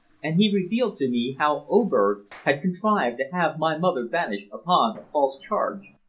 and he revealed to me how oberg had contrived to have my mother banished upon a false charge.